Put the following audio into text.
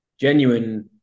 genuine